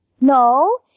No